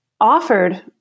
offered